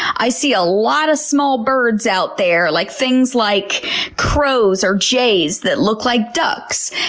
i see a lot of small birds out there, like things like crows or jays, that look like ducks.